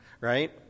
right